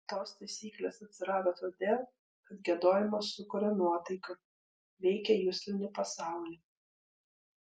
tos taisyklės atsirado todėl kad giedojimas sukuria nuotaiką veikia juslinį pasaulį